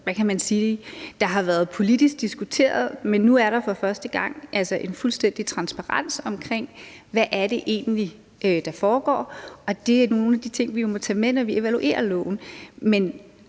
der har været politisk diskuteret, men nu er der for første gang en fuldstændig transparens omkring, hvad det egentlig er, der foregår, og det er nogle af de ting, vi må tage med, når vi evaluerer loven.